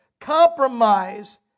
compromise